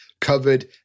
covered